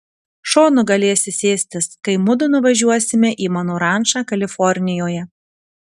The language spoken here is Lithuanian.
šonu galėsi sėstis kai mudu nuvažiuosime į mano rančą kalifornijoje